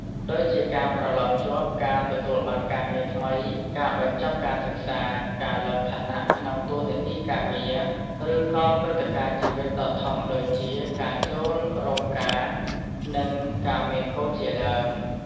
ដូចជាការប្រឡងជាប់ ការទទួលបានការងារថ្មី ការបញ្ចប់ការសិក្សា ការឡើងឋានៈក្នុងតួនាទីការងារ ឬក៏ព្រឹត្តិការណ៍ជីវិតដ៏ធំដូចជាការចូលរោងការ និងការមានកូនជាដើម។